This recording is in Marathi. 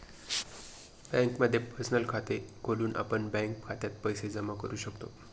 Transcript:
बँकेमध्ये पर्सनल खात खोलून आपण बँक खात्यात पैसे जमा करू शकतो